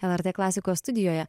lrt klasikos studijoje